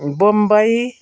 Bambai